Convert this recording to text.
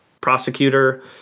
prosecutor